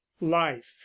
life